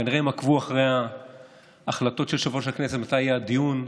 כנראה הם עקבו אחרי ההחלטות של יושב-ראש הכנסת מתי יהיה הדיון,